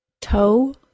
toe